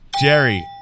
Jerry